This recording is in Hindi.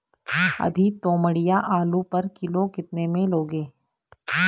अभी तोमड़िया आलू पर किलो कितने में लोगे?